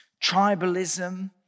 tribalism